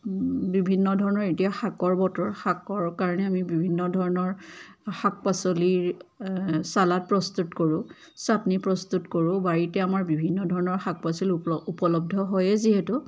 বিভিন্ন ধৰণৰ এতিয়া শাকৰ বতৰ শাকৰ কাৰণে আমি বিভিন্ন ধৰণৰ শাক পাচলিৰ চালাড প্ৰস্তুত কৰোঁ চাটনি প্ৰস্তুত কৰোঁ বাৰীতে আমাৰ বিভিন্ন ধৰণৰ শাক পাচলি উপলব্ধ হয়েই যিহেতু